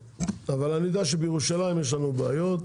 אבל אני יודע שבירושלים יש לנו בעיות.